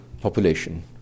population